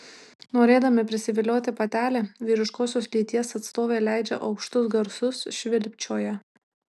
norėdami prisivilioti patelę vyriškosios lyties atstovai leidžia aukštus garsus švilpčioja